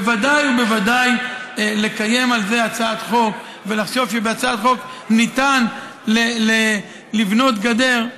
בוודאי ובוודאי לקיים על זה הצעת חוק ולחשוב שבהצעת חוק אפשר לבנות גדר,